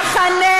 למחנה